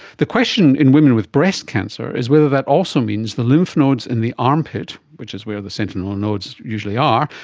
the question in women with breast cancer is whether that also means the lymph nodes in the armpit, which is where the sentinel and nodes usually are,